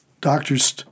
doctor's